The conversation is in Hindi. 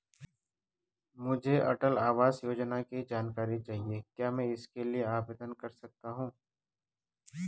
मुझे अटल आवास योजना की जानकारी चाहिए क्या मैं इसके लिए आवेदन कर सकती हूँ?